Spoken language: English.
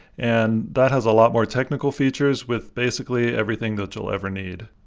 and that has a lot more technical features with basically everything that you'll ever need.